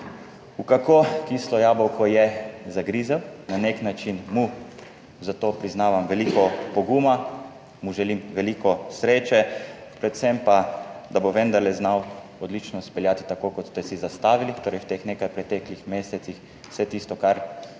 v kako kislo jabolko je zagrizel. Na nek način mu za to priznavam veliko poguma, mu želim veliko sreče, predvsem pa, da bo vendarle znal odlično speljati tako, kot ste si zastavili, torej v teh nekaj preteklih mesecih vse tisto, kar slovenska